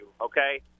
okay